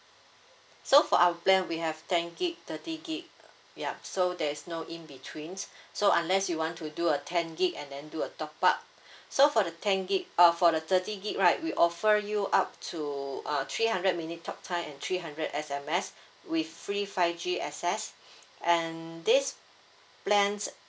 so for our plan we have ten gig thirty gig yup so there's no in betweens so unless you want to do a ten gig and then do a top up so for the ten gig uh for the thirty gig right we offer you up to uh three hundred minute talk time and three hundred S_M_S with free five G access and this plans